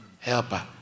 helper